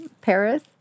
Paris